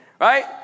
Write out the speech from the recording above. Right